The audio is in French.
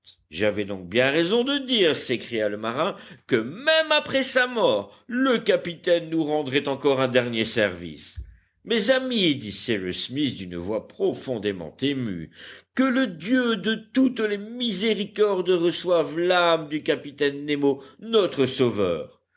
j'avais donc bien raison de dire s'écria le marin que même après sa mort le capitaine nous rendrait encore un dernier service mes amis dit cyrus smith d'une voix profondément émue que le dieu de toutes les miséricordes reçoive l'âme du capitaine nemo notre sauveur